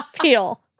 peel